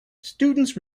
students